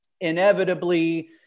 Inevitably